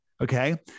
okay